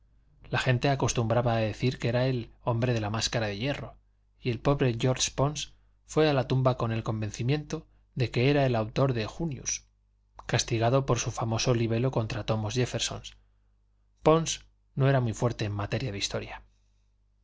la gente acostumbraba decir que era el hombre de la máscara de hierro y el pobre george pons fué a la tumba con el convencimiento de que era el autor de junius castigado por su famoso libelo contra thomas jéfferson pons no era muy fuerte en materia de historia